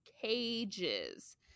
cages